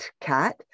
cat